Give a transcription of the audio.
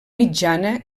mitjana